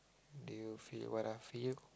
do you feel what I feel